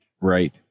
Right